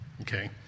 okay